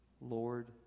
Lord